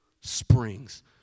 springs